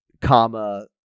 comma